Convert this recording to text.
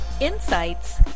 insights